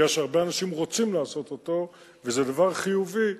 מכיוון שהרבה אנשים רוצים לעשות אותו וזה דבר חיובי,